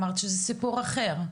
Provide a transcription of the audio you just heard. אמרת שזה סיפור אחר.